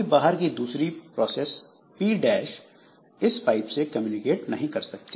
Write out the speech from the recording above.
कोई बाहर की दूसरी प्रोसेस P डैश इस पाइप से कम्युनिकेट नहीं कर सकती